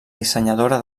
dissenyadora